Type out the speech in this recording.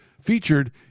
featured